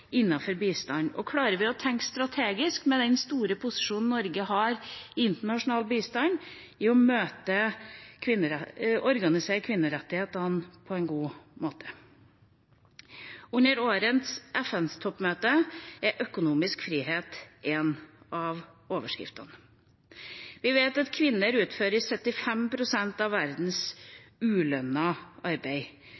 bistand? Klarer vi å tenke strategisk, med den sterke posisjonen Norge har i internasjonal bistand, for å organisere kvinnerettighetene på en god måte? Under årets FN-toppmøte er økonomisk frihet en av overskriftene. Vi vet at kvinner utfører 75 pst. av verdens